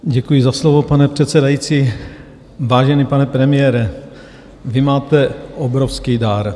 Děkuji za slovo, pane předsedající, vážený pane premiére, vy máte obrovský dar.